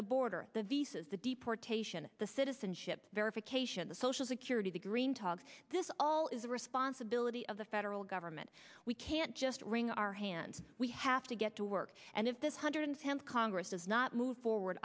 the border the visas the deportation the citizenship verification the social security the green talk this all is the responsibility of the federal government we can't just wring our hands we have to get to work and if this hundred tenth congress does not move forward